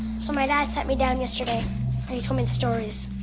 so my dad sat me down yesterday and he told me the stories.